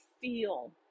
feel